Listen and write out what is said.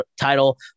title